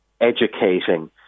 educating